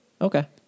Okay